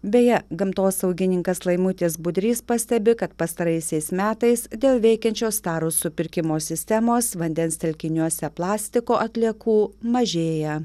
beje gamtosaugininkas laimutis budrys pastebi kad pastaraisiais metais dėl veikiančios taros supirkimo sistemos vandens telkiniuose plastiko atliekų mažėja